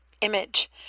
image